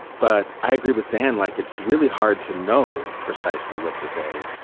but i agree with dan, like it's really hard to know precisely what to say.